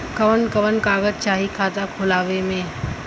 कवन कवन कागज चाही खाता खोलवावे मै?